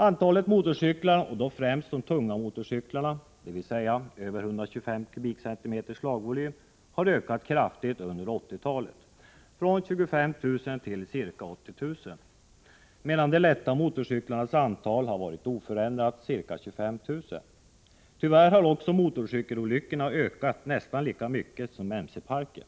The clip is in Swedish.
Antalet motorcyklar och då främst tunga motorcyklar, dvs. över 125 kubikcentimeters slagvolym, har ökat kraftigt under 1980-talet — från 25 000 till ca 80 000, medan de s.k. lätta motorcyklarnas antal har varit oförändrat ca 25 000. Tyvärr har också motorcykelolyckorna ökat nästan lika mycket som mce-parken.